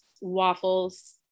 waffles